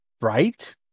right